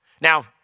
Now